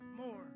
more